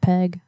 Peg